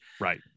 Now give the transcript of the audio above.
Right